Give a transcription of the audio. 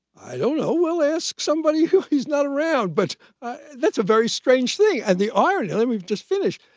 i don't know. well, ask somebody who he's not around. but i that's a very strange thing. and the irony let me just finish,